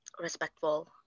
respectful